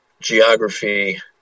geography